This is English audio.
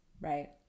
Right